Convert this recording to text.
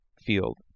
field